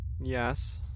Yes